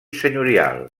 senyorial